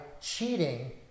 cheating